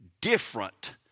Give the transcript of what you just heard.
different